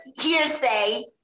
hearsay